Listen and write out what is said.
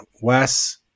Wes